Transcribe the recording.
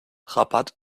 rabat